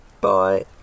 Bye